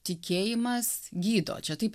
tikėjimas gydo čia taip